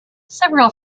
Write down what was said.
several